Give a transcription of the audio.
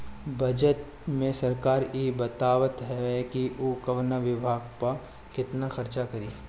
budget में सरकार इ बतावत हवे कि उ कवना विभाग पअ केतना खर्चा करी